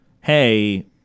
hey